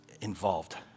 involved